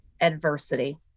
adversity